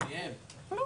אוקיי.